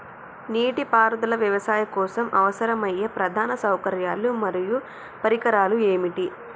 నీటిపారుదల వ్యవసాయం కోసం అవసరమయ్యే ప్రధాన సౌకర్యాలు మరియు పరికరాలు ఏమిటి?